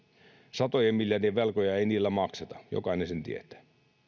satojen miljardien velkoja ei niillä makseta jokainen sen tietää